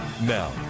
Now